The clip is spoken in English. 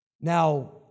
Now